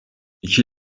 i̇ki